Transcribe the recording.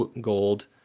gold